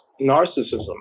narcissism